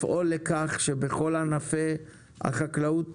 לפעול לכל שבכל ענפי החקלאות,